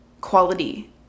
quality